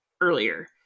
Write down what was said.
earlier